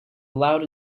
loud